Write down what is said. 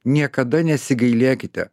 niekada nesigailėkite